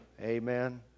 Amen